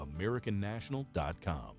AmericanNational.com